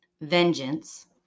vengeance